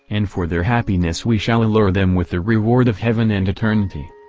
and for their happiness we shall allure them with the reward of heaven and eternity.